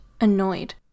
annoyed